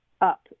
up